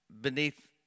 beneath